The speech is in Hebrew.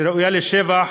שראויה לשבח,